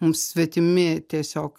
mums svetimi tiesiog